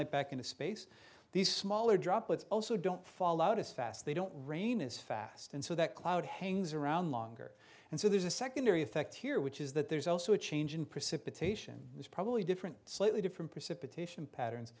sunlight back into space these smaller droplets also don't fall out as fast they don't rain as fast and so that cloud hangs around longer and so there's a secondary effect here which is that there's also a change in precipitation is probably different slightly different precipitation patterns